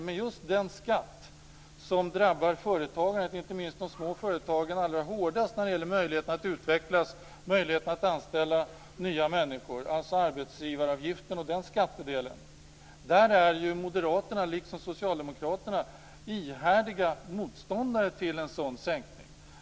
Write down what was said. Men just i fråga om den skatt som drabbar företagandet och inte minst de små företagen allra hårdast när det gäller möjligheterna att utvecklas och anställa nya människor, alltså arbetsgivaravgiften och den skattedelen, är Moderaterna liksom Socialdemokraterna ihärdiga motståndare till en sänkning.